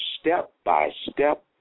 step-by-step